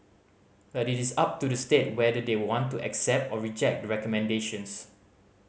but it is up to the state whether they want to accept or reject the recommendations